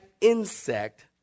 insect